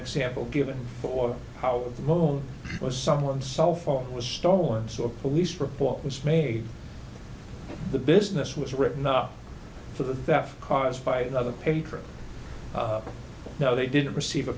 example given for how the moon was someone's cell phone was stolen so a police report was made the business was written up for the deaf cause by another patron no they didn't receive a